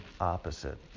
opposite